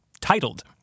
titled